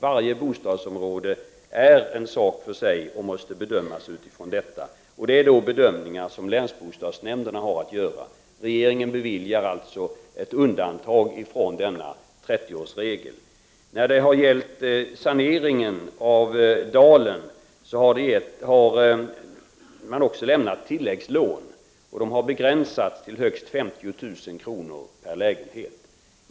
Varje bostadsområde är någonting för sig och måste bedömas på den grundvalen. Dessa bedömningar skall alltså göras av länsbostadsnämnderna. Regeringen kan alltså bevilja ett undantag från 30-årsregeln. För saneringen av bostadsområdet Dalen har det också lämnats tilläggslån, vilka begränsats till högst 50 000 kr. per lägenhet.